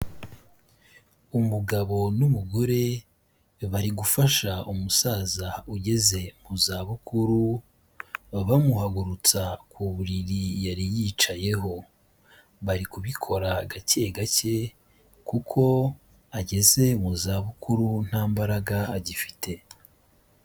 Umugabo n'umugore bari gufasha umusaza ugeze mu zabukuru, bamuhagurutsa ku buriri yari yicayeho. Bari kubikora gake gake, kuko ageze mu zabukuru nta mbaraga agifite.